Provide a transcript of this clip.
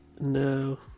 No